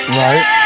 right